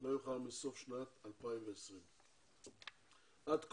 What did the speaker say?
לא יאוחר מסוף שנת 2020. בשנת 2020, עד כה,